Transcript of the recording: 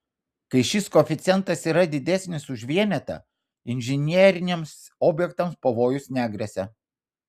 kai šis koeficientas yra didesnis už vienetą inžineriniams objektams pavojus negresia